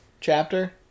chapter